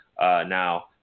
now –